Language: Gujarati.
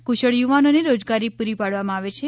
કુશળ યુવાનોને રોજગારી પૂરી પાડવામાં આવે છે